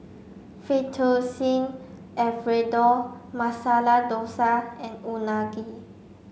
Fettuccine Alfredo Masala Dosa and Unagi